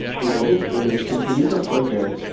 the woman's image continued to flicker.